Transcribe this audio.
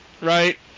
right